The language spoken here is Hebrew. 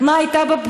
מה היה בפגישה.